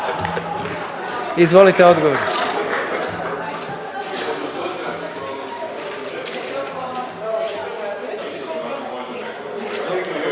Izvolite odgovor.